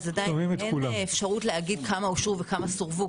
עדיין אין אפשרות להגיד כמה אושרו וכמה סורבו,